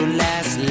last